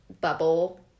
bubble